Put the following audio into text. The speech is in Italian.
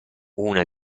una